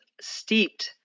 steeped